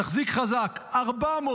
תחזיק חזק: 400,